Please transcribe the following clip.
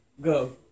Go